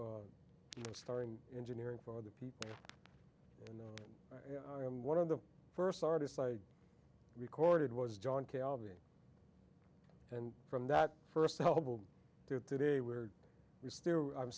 starting engineering for the people and i am one of the first artists i recorded was john calvin and from that first album there today were we still i